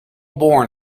born